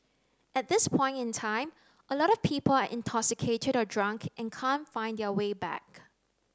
at this point in time a lot of people are intoxicated or drunk and can't find their way back